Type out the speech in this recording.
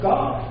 God